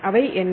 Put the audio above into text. அவை என்ன